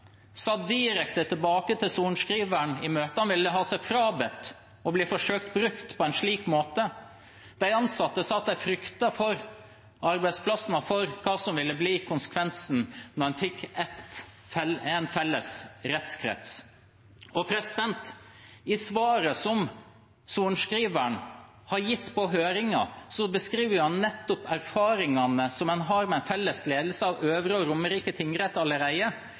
sa direkte tilbake til sorenskriveren i møtet at han ville ha seg frabedt å bli forsøkt brukt på en slik måte. De ansatte sa at de fryktet for arbeidsplassene og hva som ville bli konsekvensen når man fikk en felles rettskrets. I svaret som sorenskriveren har gitt på høringen, beskriver han nettopp erfaringene som man har med felles ledelse av Øvre Romerike tingrett allerede,